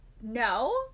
No